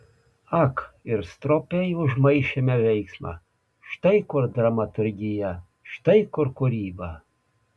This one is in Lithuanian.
ak ir stropiai užmaišėme veiksmą štai kur dramaturgija štai kur kūryba